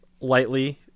lightly